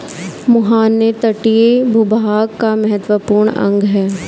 मुहाने तटीय भूभाग का महत्वपूर्ण अंग है